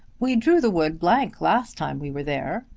we drew the wood blank last time we were there,